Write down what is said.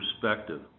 perspective